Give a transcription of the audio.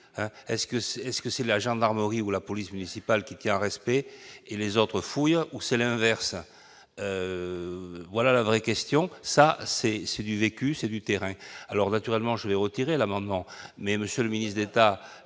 est-ce que c'est la gendarmerie ou la police municipale, qui a un respect et les autres fouilles ou c'est l'inverse, voilà la vraie question, ça c'est c'est du vécu, c'est du terrain alors naturellement je vais retirer l'amendement mais monsieur le ministre d'État,